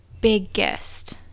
biggest